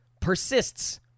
persists